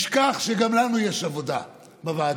על ידי, ישכח שגם לנו יש עבודה בוועדה,